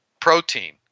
Protein